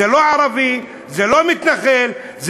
זה לא ערבי וזה לא מתנחל,